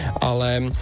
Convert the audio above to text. Ale